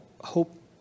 hope